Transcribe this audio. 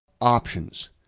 options